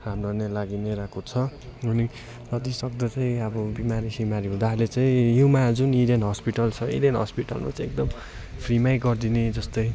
हाम्रो नै लागि नै रहेको छ अनि जति सक्दो चाहिँ अब बिमारी सिमारी हुँदा अहिले चाहिँ युमा जुन इडेन हस्पिटल छ इडेन हस्पिटलमा चाहिँ एकदम फ्रीमै गर्दिने जस्तै